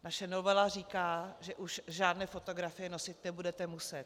Naše novela říká, že už žádné fotografie nosit nebudete muset.